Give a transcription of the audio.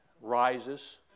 rises